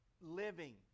living